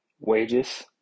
wages